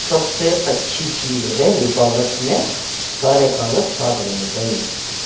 سب سے اچھی چیز ہے حفاظت میں سارے کاغذ ساتھ رہنے چاہیئے